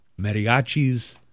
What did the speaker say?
mariachis